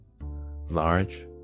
large